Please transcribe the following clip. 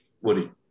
Woody